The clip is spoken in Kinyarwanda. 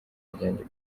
ryanjye